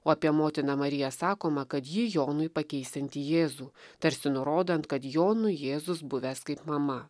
o apie motiną mariją sakoma kad ji jonui pakeisianti jėzų tarsi nurodant kad jonui jėzus buvęs kaip mama